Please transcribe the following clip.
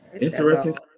interesting